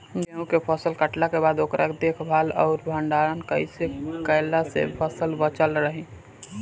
गेंहू के फसल कटला के बाद ओकर देखभाल आउर भंडारण कइसे कैला से फसल बाचल रही?